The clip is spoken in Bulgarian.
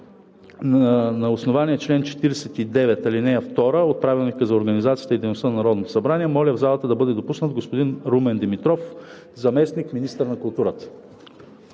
на основание чл. 49, ал. 2 от Правилника за организацията и дейността на Народното събрание моля в залата да бъде допуснат господин Румен Димитров – заместник-министър на културата.